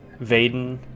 Vaden